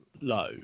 low